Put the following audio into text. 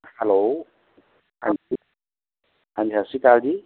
hello ਹਾਂਜੀ ਹਾਂਜੀ ਸਤਿ ਸ਼੍ਰੀ ਅਕਾਲ ਜੀ